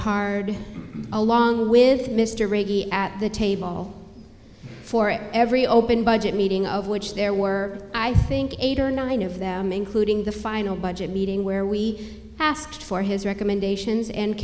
hard along with mr brady at the table for every open budget meeting of which there were i think eight or nine of them including the final budget meeting where we asked for his recommendations and